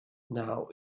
now